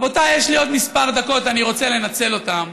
רבותיי, יש לי עוד כמה דקות, ואני רוצה לנצל אותן.